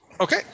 Okay